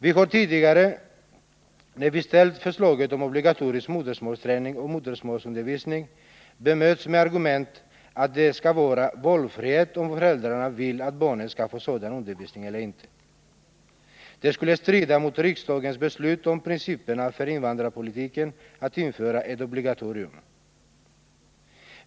Vi har tidigare när vi ställt förslaget om obligatorisk modersmålsträning och modersmålsundervisning bemötts med argumentet att det skall råda valfrihet för föräldrarna att avgöra om barnen skall få sådan undervisning eller inte. Det skulle strida mot riksdagens beslut om principerna för invandrarpolitiken att införa ett obligatorium.